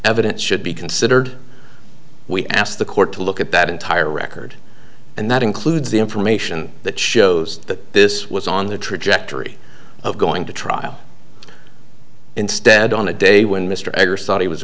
evidence should be considered we asked the court to look at that entire record and that includes the information that shows that this was on the trajectory of going to trial instead on a day when mr